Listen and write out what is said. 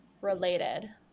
related